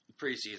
preseason